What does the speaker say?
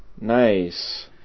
Nice